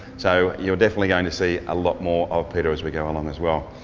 so you're definitely going to see a lot more of peter as we go along as well.